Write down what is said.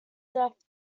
depth